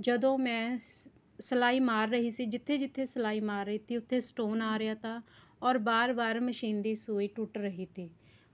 ਜਦੋਂ ਮੈਂ ਸਿ ਸਿਲਾਈ ਮਾਰ ਰਹੀ ਸੀ ਜਿੱਥੇ ਜਿੱਥੇ ਸਿਲਾਈ ਮਾਰ ਰਹੀ ਤੀ ਉੱਥੇ ਸਟੋਨ ਆ ਰਿਹਾ ਤਾ ਔਰ ਵਾਰ ਵਾਰ ਮਸ਼ੀਨ ਦੀ ਸੂਈ ਟੁੱਟ ਰਹੀ ਤੀ